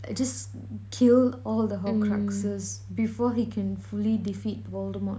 just kill all the horcruxes before he can fully defeat voldemort